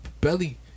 belly